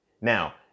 Now